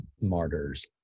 martyrs